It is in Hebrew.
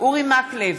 אורי מקלב,